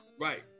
Right